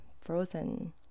frozen